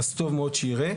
אז טוב מאוד שיראה.